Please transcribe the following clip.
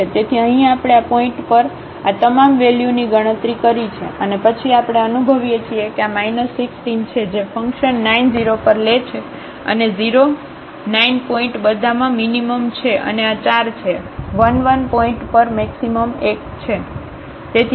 તેથી અહીં આપણે આ પોઇન્ટ પર આ તમામ વેલ્યુની ગણતરી કરી છે અને પછી આપણે અનુભવીએ છીએ કે આ 16 છે જે ફંકશન 9 0 પર લે છે અને 0 9 પોઇન્ટ બધામાં મીનીમમછે અને આ 4 છે 1 1 પોઇન્ટ પર મેક્સિમમ 1 છે